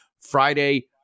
Friday